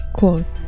quote